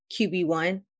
QB1